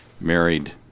married